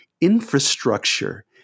infrastructure